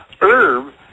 herb